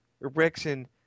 Erection